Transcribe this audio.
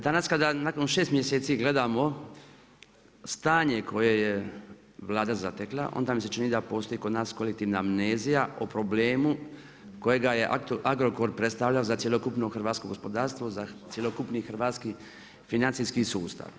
Danas kada nakon 6 mjeseci gledamo stanje koje je Vlada zatekla, onda mi se čini da postoji kod nas kolektivna amnezija o problemu kojega je Agrokor predstavljao za cjelokupno hrvatsko gospodarstvo, za cjelokupni hrvatski financijski sustav.